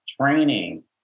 training